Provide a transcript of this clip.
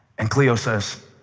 and cleo says,